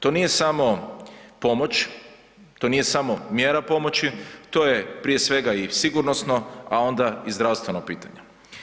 To nije samo pomoć, to nije samo mjera pomoći, to je prije svega i sigurnosno, a onda i zdravstveno pitanje.